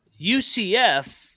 UCF